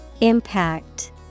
Impact